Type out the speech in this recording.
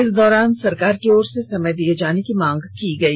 इस दौरान सरकार की ओर से समय दिए जाने की मांग की गई